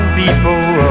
people